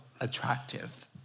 attractive